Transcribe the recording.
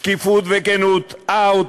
שקיפות וכנות, אאוט,